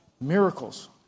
Miracles